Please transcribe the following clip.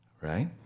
right